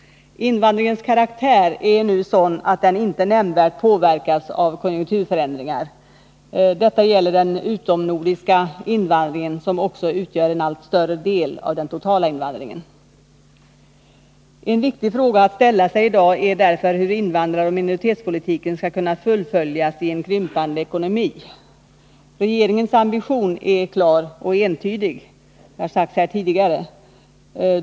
Invandringens karaktär är nu sådan att den inte nämnvärt påverkas av konjunkturförändringar. Detta gäller den utomnordiska invandringen, som också utgör en allt större del av den totala invandringen. En viktig fråga att ställa sig i dag är därför hur invandraroch minoritetspolitiken skall kunna fullföljas i en krympande ekonomi. Regeringens ambition är klar och entydig, det har sagts här tidigare.